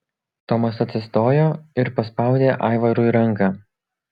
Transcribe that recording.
tomas atsistojo ir paspaudė aivarui ranką